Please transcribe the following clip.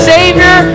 Savior